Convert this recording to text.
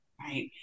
right